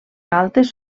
galtes